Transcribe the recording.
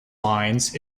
lines